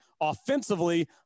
offensively